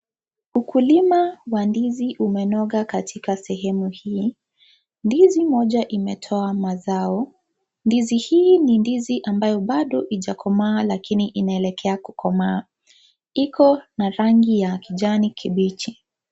Ukulima wa ndizi umenoga katika sehemu hii, ndizi moja imetoa mazao. Ndizi hii ni ndizi ambayo bado haijakomaa lakini inaelekea kukomaa. Iko na rangi ya kijani kibichi.